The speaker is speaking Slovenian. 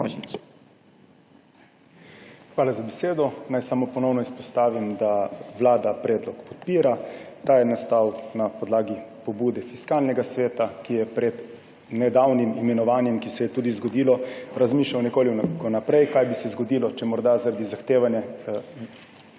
Hvala za besedo. Naj samo ponovno izpostavim, da Vlada predlog podpira. Ta je nastal na podlagi pobude Fiskalnega sveta, ki je pred nedavnim imenovanjem, ki se je tudi zgodilo, razmišljal nekoliko vnaprej, kaj bi se zgodilo, če morda zaradi zahtevanega